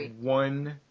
one